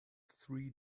three